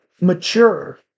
mature